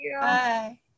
Bye